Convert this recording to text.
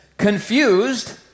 confused